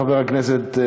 חבר הכנסת,